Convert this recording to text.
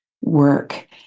work